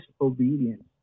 obedience